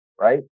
right